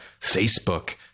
Facebook